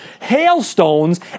hailstones